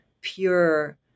pure